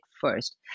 first